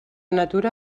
natura